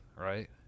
right